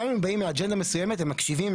וגם אם הם באים מאג'נדה מסוימת הם מקשיבים,